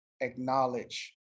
acknowledge